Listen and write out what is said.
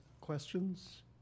questions